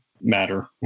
matter